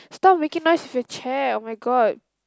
stop making noise with your chair oh-my-god